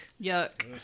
Yuck